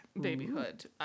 babyhood